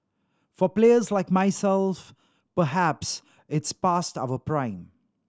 for players like myself perhaps it's past our prime